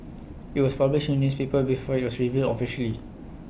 IT was published in newspaper before IT was revealed officially